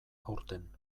aurten